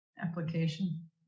application